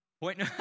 Point